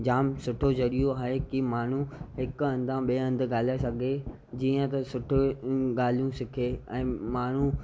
जाम सुठो ज़रियो आहे की माण्हू हिकु हंधि खां ॿिए हंधि ॻाल्हाए सघे जीअं त सुठे ॻाल्हियूं सिखे ऐं माण्हू